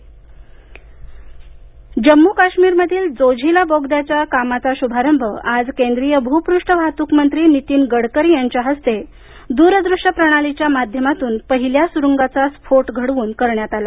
जोझिला बोगदा जम्म् काश्मीरमधील जोझिला बोगद्याच्या कामाचा श्भारंभ आज केंद्रीय भूपष्ठ वाहतूक मंत्री नितीन गडकरी यांच्या हस्ते दूरदृश्य प्रणालीच्या माध्यमातून पहिल्या सुरुंगांचा स्फोट घडवून करण्यात आला